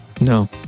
No